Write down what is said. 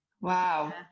Wow